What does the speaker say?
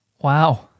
Wow